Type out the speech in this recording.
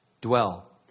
dwell